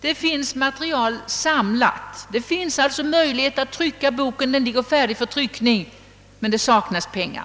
Materialet finns redan samlat och det är alltså möjligt att trycka boken, som ligger färdig för tryckning; det är bara pengar som saknas.